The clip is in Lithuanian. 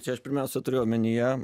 čia aš pirmiausia turiu omenyje